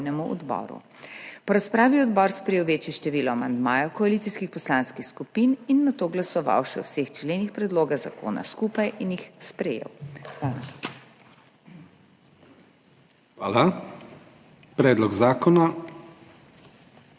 Vlada. Predlog zakona